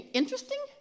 interesting